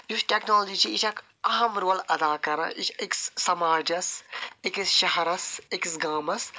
یُس ٹٮ۪کنالجی چھِ یہِ چھِ اکھ اہم رول ادا کران یہ چھِ أکِس سماجس أکِس شہرس أکِس گامَس